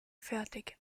fertig